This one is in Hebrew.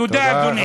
תודה, אדוני.